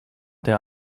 der